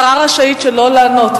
השרה רשאית שלא לענות,